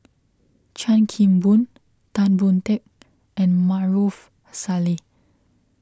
Chan Kim Boon Tan Boon Teik and Maarof Salleh